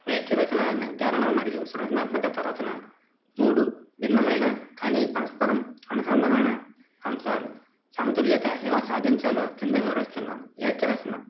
వ్యాక్య రచన నిర్ధారణ మరియు సృజనాత్మకత రచన మూడు భిన్నమైన కానీ పరస్పరం అనుసంందమైన అంశాలు సమతుల్యత ఎలా సాధించాలో కింద వివరిస్తున్నాను వ్యాక్యరచన